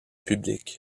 publics